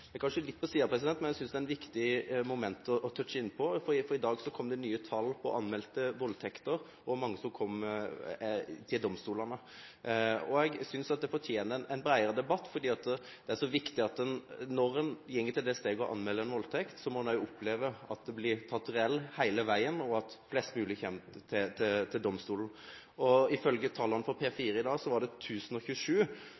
er kanskje litt på siden, men jeg synes dette er et viktig moment å touche inn på, for i dag kom det nye tall når det gjelder anmeldte voldtekter, og hvor mange som kom til domstolene. Jeg synes dette fortjener en bredere debatt, for det er så viktig at når en går til det steget å anmelde en voldtekt, må en også oppleve at det blir tatt alvorlig hele veien, og at flest mulig kommer til domstolen. Ifølge tallene fra